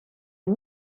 est